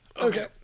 okay